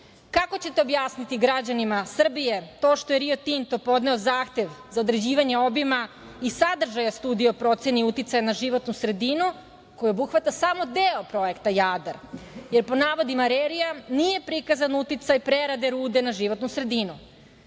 ćete objasniti građanima Srbije to što je Rio Tinto podneo zahtev za određivanje obima i sadržaja studije o proceni uticaja na životnu sredinu, koji obuhvata samo deo projekta „Jadar“, jer po navodima RERI-ja nije prikazan uticaj prerade rude na životnu sredinu.